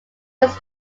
was